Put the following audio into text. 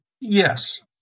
Yes